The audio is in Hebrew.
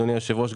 אדוני היושב ראש,